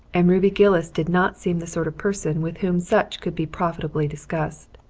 and ruby gillis did not seem the sort of person with whom such could be profitably discussed.